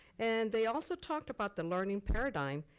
and they also talked about the learning paradigm.